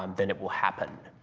um then it will happen.